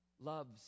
love's